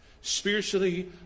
Spiritually